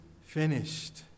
finished